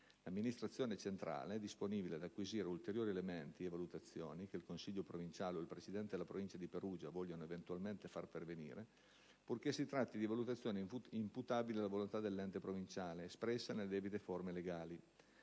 L'amministrazione centrale è disponibile ad acquisire ulteriori elementi e valutazioni che il consiglio provinciale o il presidente della Provincia di Perugia vogliano eventualmente far pervenire, purché si tratti di valutazioni imputabili alla volontà dell'ente provinciale espressa nelle debite forme legali.